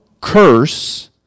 curse